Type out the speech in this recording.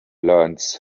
learns